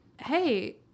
Hey